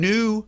New